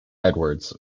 edwards